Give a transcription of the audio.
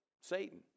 Satan